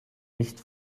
nicht